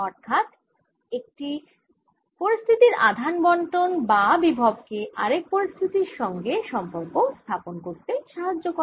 অর্থাৎ এটি এক পরিস্থিতির আধান বণ্টন বা বিভব কে আরেক পরিস্থিতির সঙ্গে সম্পর্ক স্থাপন করতে সাহায্য করে